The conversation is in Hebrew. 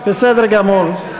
בסדר גמור.